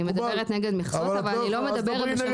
אני מדברת נגד מכסות, אבל אני לא מדברת בשם עצמי.